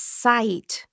sight